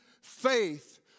Faith